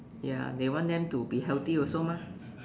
ya they want them to be healthy also mah